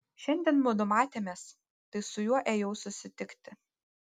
šiandien mudu matėmės tai su juo ėjau susitikti